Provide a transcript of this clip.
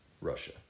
Russia